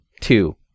two